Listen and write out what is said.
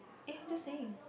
eh I'm just saying